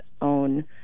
own